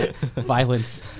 violence